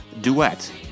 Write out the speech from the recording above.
duet